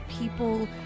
people